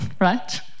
right